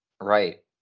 Right